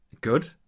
Good